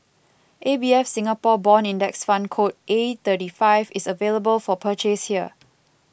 A B F Singapore Bond Index Fund code A thirty five is available for purchase here